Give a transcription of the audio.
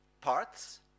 parts